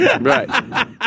Right